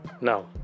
now